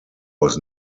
was